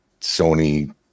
Sony